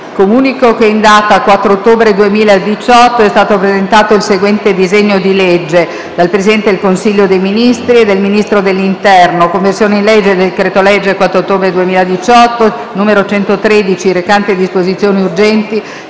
Comunico che in data 4 ottobre 2018 è stato presentato il seguente disegno di legge: *dal Presidente del Consiglio dei ministri e dal Ministro dell'interno:* «Conversione in legge del decreto-legge 4 ottobre 2018, n. 113, recante disposizioni urgenti